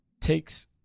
takes